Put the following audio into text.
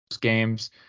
games